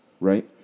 Right